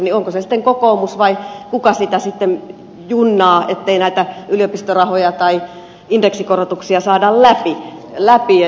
onko se sitten kokoomus vai kuka sitä sitten junnaa ettei näitä yliopistorahoja tai indeksikorotuksia saada läpi